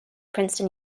princeton